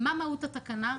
מה מהות התקנה?